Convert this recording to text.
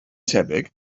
tebyg